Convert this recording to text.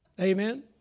Amen